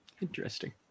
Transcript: Interesting